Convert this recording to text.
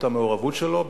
את המעורבות שלו,